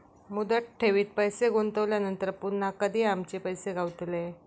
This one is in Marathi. मुदत ठेवीत पैसे गुंतवल्यानंतर पुन्हा कधी आमचे पैसे गावतले?